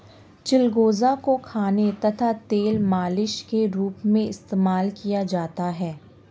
चिलगोजा को खाने तथा तेल मालिश के रूप में इस्तेमाल किया जाता है